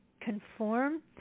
conform